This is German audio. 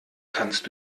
kannst